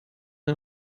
der